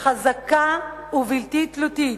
חזקה ובלתי תלותית,